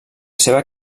seva